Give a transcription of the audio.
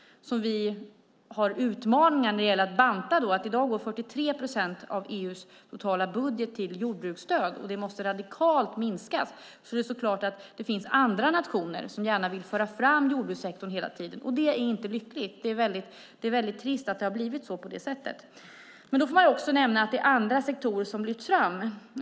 I dag går 43 procent av EU:s totala budget till jordbruksstöd, och det måste minskas radikalt. Det finns dock nationer som gärna vill föra fram jordbrukssektorn hela tiden. Det är olyckligt och trist att det har blivit så. Man måste dock nämna att det är andra sektorer som lyfts fram.